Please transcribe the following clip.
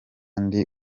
ndi